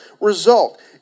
result